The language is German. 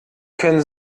können